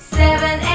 seven